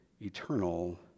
Eternal